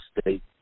state